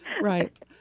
right